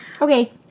Okay